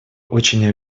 очень